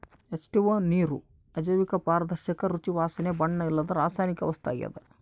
H two O ನೀರು ಅಜೈವಿಕ ಪಾರದರ್ಶಕ ರುಚಿ ವಾಸನೆ ಬಣ್ಣ ಇಲ್ಲದ ರಾಸಾಯನಿಕ ವಸ್ತು ಆಗ್ಯದ